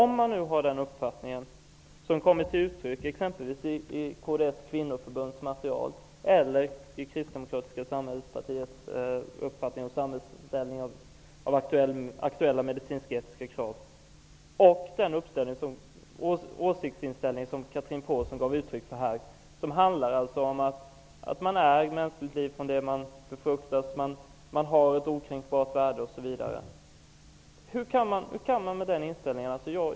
Men det som kommer till uttryck i exempelvis kds kvinnoförbunds material, i Kristdemokratiska samhällspartiets uppfattning om samhällets uppställning av medicinsk-etiska krav och den åsikt som Chatrine Pålsson gav uttryck för, innebär att mänskligt liv finns från det befruktningen äger rum, att människan har ett okränkbart värde osv.